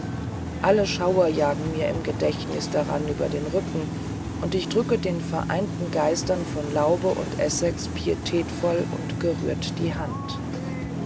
alle schauer jagen mir im gedächtnis daran über den rücken und ich drücke den vereinigten geistern von laube und essex pietätvoll und gerührt die hand